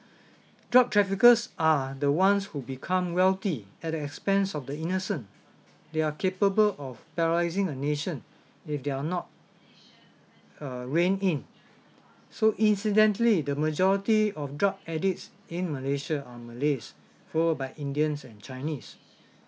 drug traffickers are the ones who become wealthy at the expense of the innocent they are capable of paralyzing a nation if they're not uh reined in so incidentally the majority of drug addicts in malaysia are malays followed by indians and chinese